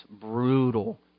brutal